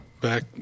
back